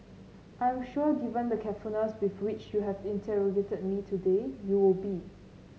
I am sure given the carefulness with which you have interrogated me today you will be